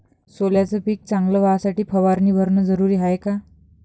सोल्याचं पिक चांगलं व्हासाठी फवारणी भरनं जरुरी हाये का?